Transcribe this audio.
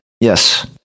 yes